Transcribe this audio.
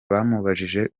bamubajije